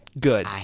good